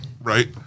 right